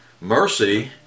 Mercy